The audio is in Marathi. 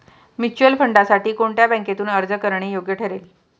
म्युच्युअल फंडांसाठी कोणत्या बँकेतून अर्ज करणे योग्य ठरेल?